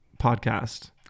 podcast